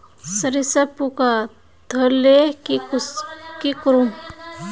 सरिसा पूका धोर ले की करूम?